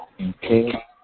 okay